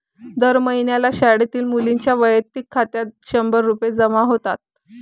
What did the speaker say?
दर महिन्याला शाळेतील मुलींच्या वैयक्तिक खात्यात शंभर रुपये जमा होतात